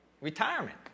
retirement